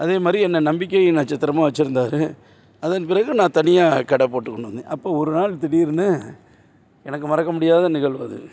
அதே மாதிரி என்னை நம்பிக்கை நட்சத்திரமாக வச்சிருந்தார் அதன் பிறகு நான் தனியாக கடை போட்டுக் கொண்டு வந்தேன் அப்போ ஒரு நாள் திடீர்னு எனக்கு மறக்க முடியாத நிகழ்வு அது